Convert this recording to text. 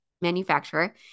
manufacturer